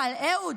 אבל אהוד?